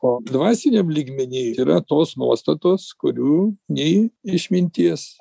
o dvasiniam lygmeny yra tos nuostatos kurių nei išminties